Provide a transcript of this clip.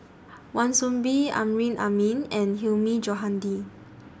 Wan Soon Bee Amrin Amin and Hilmi Johandi